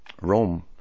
Rome